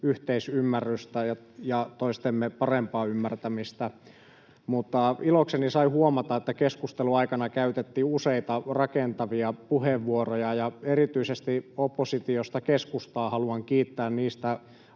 yhteisymmärrystä ja toistemme parempaa ymmärtämistä, mutta ilokseni sain huomata, että keskustelun aikana käytettiin useita rakentavia puheenvuoroja. Erityisesti oppositiosta keskustaa haluan kiittää niistä